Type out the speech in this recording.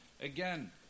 Again